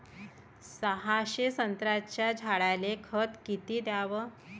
सहाशे संत्र्याच्या झाडायले खत किती घ्याव?